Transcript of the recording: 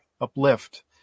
uplift